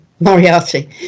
Moriarty